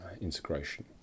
integration